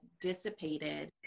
dissipated